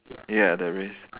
ya there is